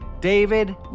David